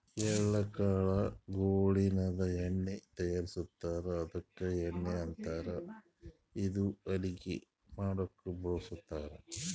ಎಳ್ಳ ಕಾಳ್ ಗೋಳಿನ್ದ ಎಣ್ಣಿ ತಯಾರಿಸ್ತಾರ್ ಅದ್ಕ ಎಳ್ಳಣ್ಣಿ ಅಂತಾರ್ ಇದು ಅಡಗಿ ಮಾಡಕ್ಕ್ ಬಳಸ್ತಾರ್